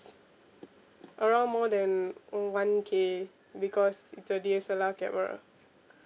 around more than one K because it's a D_S_L_R camera